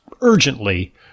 urgently